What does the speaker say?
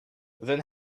then